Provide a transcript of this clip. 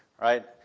right